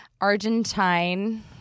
Argentine